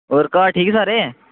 होर घर ठीक सारे